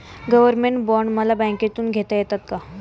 Government bond मला बँकेमधून घेता येतात का?